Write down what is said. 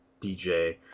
dj